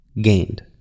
gained